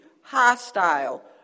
hostile